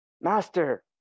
master